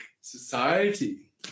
society